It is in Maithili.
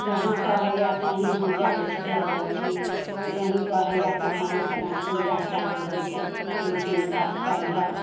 जहाँ कहैया तहि हम जाइत छी अबैत छी जहि कहैया तहाँ जे फलना ठाँ जा काज होइत छै ओहिठुनी काज करी हँ